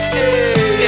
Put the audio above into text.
Hey